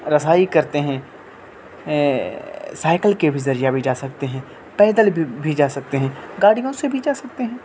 رسائی کرتے ہیں سائیکل کے بھی ذریعہ بھی جا سکتے ہیں پیدل بھی جا سکتے ہیں گاڑیوں سے بھی جا سکتے ہیں